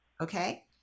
Okay